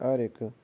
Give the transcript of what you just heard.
हर इक